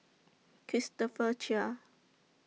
Christopher Chia